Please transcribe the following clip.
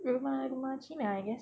rumah rumah cina I guess